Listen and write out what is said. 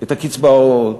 את הקצבאות,